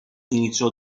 iniziò